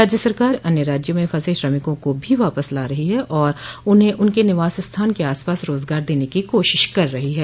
राज्य सरकार अन्य राज्यों में फंसे श्रमिकों को भी वापस ला रही है और उन्ह उनके निवास स्थान के आसपास रोजगार देने की कोशिश कर रही है